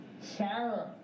Sarah